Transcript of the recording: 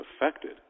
affected